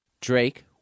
Drake